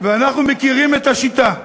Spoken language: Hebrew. ואנחנו מכירים את השיטה: